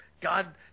God